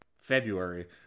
February